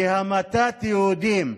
בהמתת יהודים.